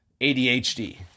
adhd